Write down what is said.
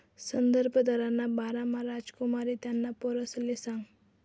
संदर्भ दरना बारामा रामकुमारनी त्याना पोरसले सांगं